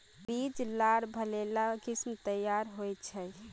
बीज लार भले ला किसम तैयार होछे